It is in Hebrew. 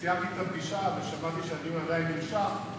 וכשסיימתי את הפגישה ושמעתי שהדיון עדיין נמשך,